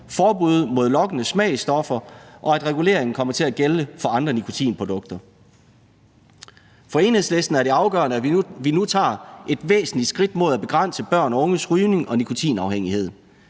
forbud mod lokkende smagsstoffer, og at reguleringen kommer til at gælde for andre nikotinprodukter. For Enhedslisten er det afgørende, at vi nu tager et væsentligt skridt mod at begrænse børn og unges rygning og nikotinafhængighed,